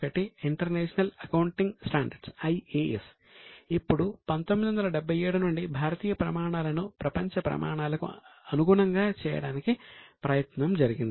ఇప్పుడు 1977 నుండి భారతీయ ప్రమాణాలను ప్రపంచ ప్రమాణాలకు అనుగుణంగా చేయడానికి ప్రయత్నం జరిగింది